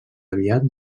aviat